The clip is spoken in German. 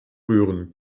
rühren